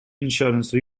insurance